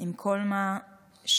כל מה שקורה,